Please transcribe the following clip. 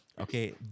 Okay